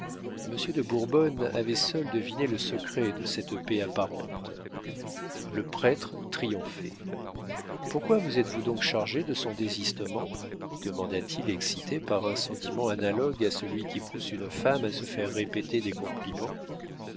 monsieur de bourbonne avait seul deviné le secret de cette paix apparente le prêtre triomphait pourquoi vous êtes-vous donc chargée de son désistement demanda-t-il excité par un sentiment analogue à celui qui pousse une femme à se faire répéter des compliments